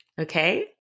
Okay